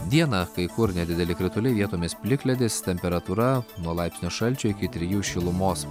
dieną kai kur nedideli krituliai vietomis plikledis temperatūra nuo laipsnio šalčio iki trijų šilumos